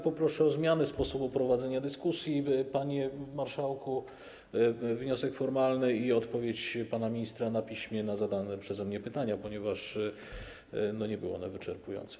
Poproszę o zmianę sposobu prowadzenia dyskusji, panie marszałku, to wniosek formalny, i o odpowiedź pana ministra na piśmie na zadane przeze mnie pytania, ponieważ nie była ona wyczerpująca.